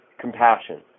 compassion